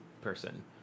person